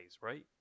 right